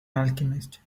alchemist